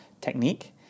technique